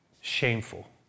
shameful